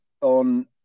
on